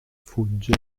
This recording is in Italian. fugge